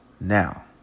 Now